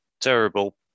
terrible